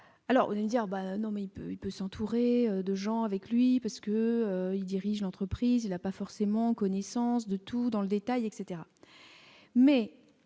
mais il peut, il peut s'entourer de gens avec lui parce que, il dirige l'entreprise a pas forcément connaissance de tout dans le détail, etc, mais